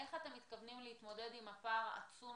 איך אתם מתכוונים להתמודד עם הפער העצום